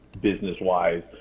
business-wise